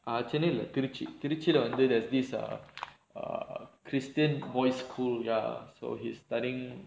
சென்னையில திருச்சி திருச்சில வந்து:chennaiyilla thiruchi thiruchila vanthu there's this err err christian boarding school ya so he's studying